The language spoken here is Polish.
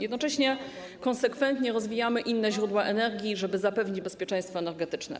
Jednocześnie konsekwentnie rozwijamy inne źródła energii, żeby zapewnić bezpieczeństwo energetyczne.